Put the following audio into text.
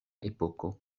epoko